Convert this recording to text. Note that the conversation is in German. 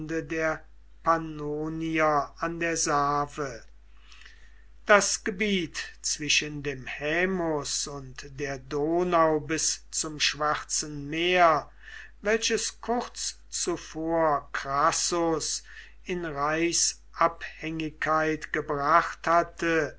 der pannonier an der save das gebiet zwischen dem haemus und der donau bis zum schwarzen meer welches kurz zuvor crassus in reichsabhängigkeit gebracht hatte